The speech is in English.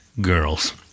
Girls